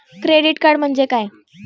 Credit card म्हणजे काय?